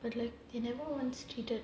but like they never once cheated